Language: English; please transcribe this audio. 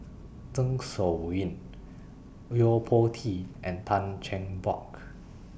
Zeng Shouyin Yo Po Tee and Tan Cheng Bock